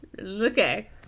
Okay